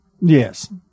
Yes